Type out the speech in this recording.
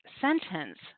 sentence